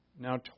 Now